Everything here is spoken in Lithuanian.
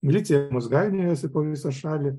milicija mus gainiojosi po visą šalį